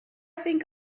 think